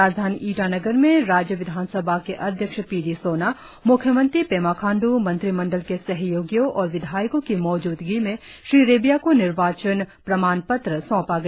राजधानी ईटानगर में राज्य विधानसभा के अध्यक्ष पीडीसोना म्ख्यमंत्री पेमा खांड्र मंत्रिमंडल के सहयोगियों और विधायकों की मौजूदगी में श्री रेबिया को निर्वाचन प्रमाणपत्र सौंपा गया